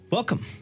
Welcome